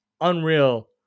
unreal